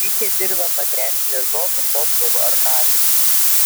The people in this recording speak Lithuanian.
reikia dirvą patręšti azotu fosforu ar kaliu